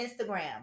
Instagram